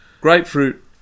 grapefruit